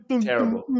terrible